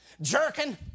jerking